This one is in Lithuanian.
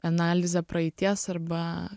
analizę praeities arba